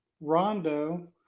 Rondo